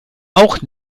auch